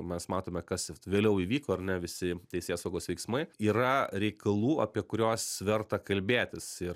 mes matome kas vėliau įvyko ar ne visi teisėsaugos veiksmai yra reikalų apie kuriuos verta kalbėtis ir